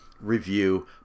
review